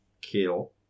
kill